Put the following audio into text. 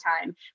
time